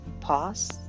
pause